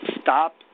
stop